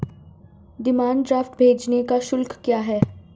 Demand draft भेजने का शुल्क क्या है?